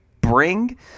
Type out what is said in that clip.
bring